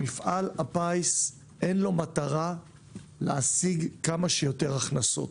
מפעל הפיס אין לו מטרה להשיג כמה שיותר הכנסות.